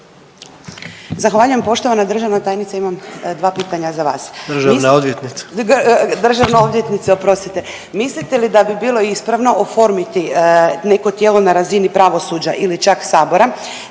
Zahvaljujem. Poštovana državna tajnice imam dva pitanja za vas …/Upadica predsjednik: Državna odvjetnice./… državna odvjetnice oprostite. Mislite li da bi bilo ispravno oformiti neko tijelo na razini pravosuđa ili čak Sabora